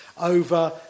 over